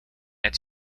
its